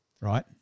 Right